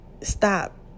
stop